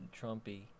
Trumpy